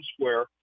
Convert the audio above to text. Square